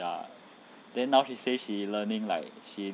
ya then now she say she learning like she